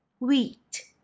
wheat